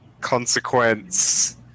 consequence